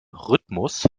rhythmus